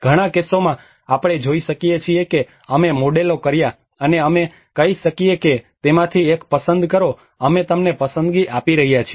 ઘણા કેસોમાં આપણે જોઈ શકીએ છીએ કે અમે મોડેલો કર્યા અને અમે કહી શકીએ કે તેમાંથી એક પસંદ કરો અમે તમને પસંદગી આપી રહ્યા છીએ